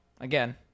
again